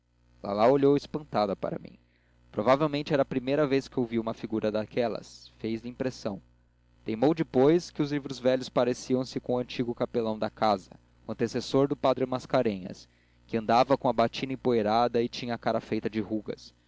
lalau olhou espantada para mim provavelmente era a primeira vez que ouvia uma figura daquelas e faz-lhe impressão teimou depois que os livros velhos pareciam se com o antigo capelão da casa o antecessor do padre mascarenhas que andava sempre com a batina empoeirada e tinha a cara feita de rugas